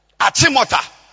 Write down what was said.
Atimota